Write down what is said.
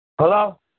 Hello